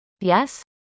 Yes